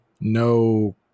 no